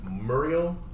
Muriel